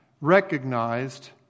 recognized